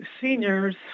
seniors